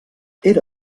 era